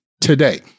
today